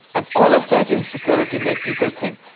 and all of that insecurity made people think,